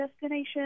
destination